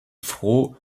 froh